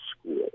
school